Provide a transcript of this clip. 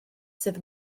sydd